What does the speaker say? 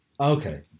Okay